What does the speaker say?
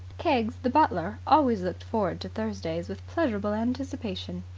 keggs, the butler, always looked forward to thursdays with pleasurable anticipation.